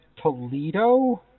Toledo